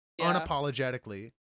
unapologetically